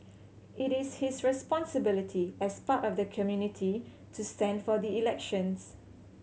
it is his responsibility as part of the community to stand for the elections